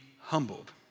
humbled